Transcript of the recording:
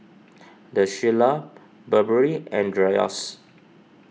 the Shilla Burberry and Dreyers